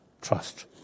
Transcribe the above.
trust